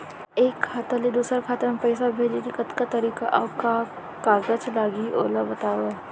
एक खाता ले दूसर खाता मा पइसा भेजे के कतका तरीका अऊ का का कागज लागही ओला बतावव?